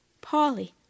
Polly